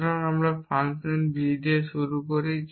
সুতরাং আমরা function v দিয়ে শুরু করি